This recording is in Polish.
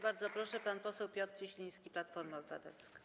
Bardzo proszę, pan poseł Piotr Cieśliński, Platforma Obywatelska.